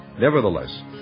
Nevertheless